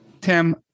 Tim